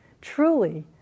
truly